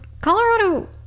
Colorado